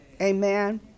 amen